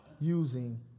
using